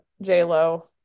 J-Lo